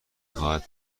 خواهد